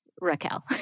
Raquel